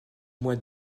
mois